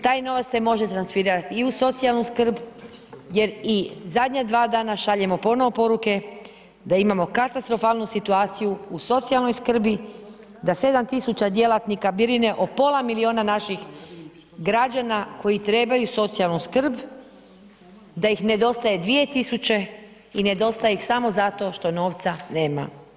Taj novac se može transferirati i u socijalnu skrb, jer i zadnja 2 dana, šaljemo ponovno poruke, da imamo katastrofalnu situaciju u socijalnoj skrbi, da 7000 djelatnika brine o pola milijuna naših građana koji trebaju socijalnu skrb, da ih nedostaje 2000 i nedostaje samo zato što novca nema.